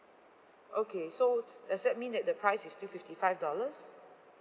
okay so does that mean that the price is still fifty five dollars